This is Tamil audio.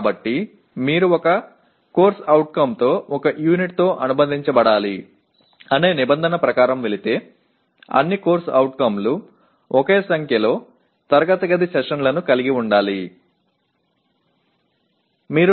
ஆகவே ஒரு CO ஒரு யூனிட்டுடன் இணைக்கப்பட வேண்டும் என்ற நிபந்தனையின் படி நீங்கள் சென்றால் அனைத்து CO களும் ஒரே எண்ணிக்கையிலான வகுப்பறை அமர்வுகளைக் கொண்டிருக்க வேண்டும்